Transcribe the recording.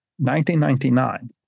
1999